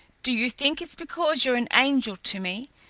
do you think it's because you're an angel to me,